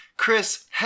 Chris